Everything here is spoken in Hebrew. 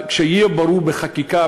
כשיהיה ברור בחקיקה,